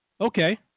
okay